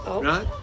Right